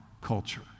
culture